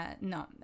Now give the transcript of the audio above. no